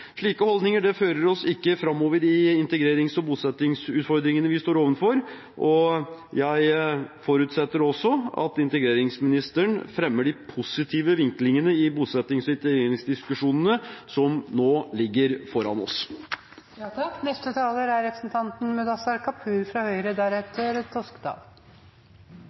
Slike holdninger fører oss ikke framover i integrerings- og bosettingsutfordringene vi står overfor, og jeg forutsetter også at integreringsministeren fremmer de positive vinklingene i bosettings- og integreringsdiskusjonene som nå ligger foran oss. Da forstår presidenten det slik at representanten